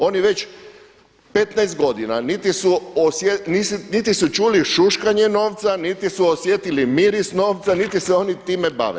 Oni već 15 godina niti su čuli šuškanje novca, niti su osjetili miris novca niti se oni time bave.